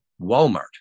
Walmart